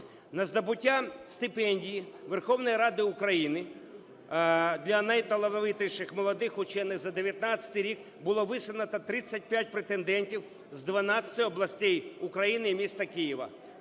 На здобуття стипендії Верховної Ради України для найталановитіших молодих вчених за 19-й рік було висунуто 35 претендентів з 12 областей України і міста Києва.